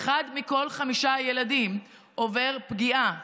שאחד מכל חמישה ילדים עובר פגיעה כלשהי,